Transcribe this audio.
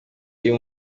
iyo